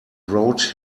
wrote